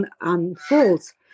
unfolds